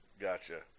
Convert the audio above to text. Gotcha